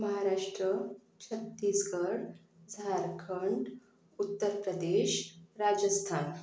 Maharashtra Chhattisgarh Jharkhand Uttar Pradesh Rajasthan